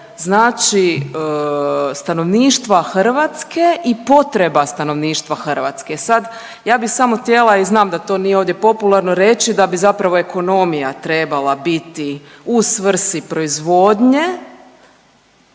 opskrbe stanovništva Hrvatske i potreba stanovništva Hrvatske. Sad ja bih samo htjela i znam da to nije ovdje popularno reći, da bi zapravo ekonomija trebala biti u svrsi proizvodnje